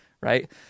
right